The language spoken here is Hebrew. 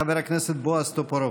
חבר הכנסת בועז טופורובסקי.